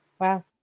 wow